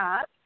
up